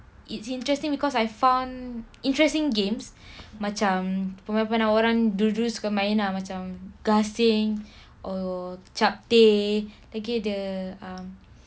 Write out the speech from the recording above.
it's interesting because I found interesting games macam permainan-permainan orang dulu suka main ah macam gasing or chapteh lagi ada five stones there are five stones